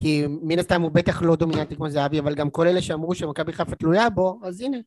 כי מן הסתם הוא בטח לא דומיננטי כמו זהבי אבל גם כל אלה שאמרו שמכבי חיפה תלויה בו אז הנה